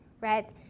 right